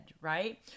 right